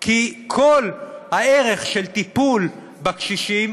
כי כל הערך של טיפול בקשישים